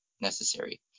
necessary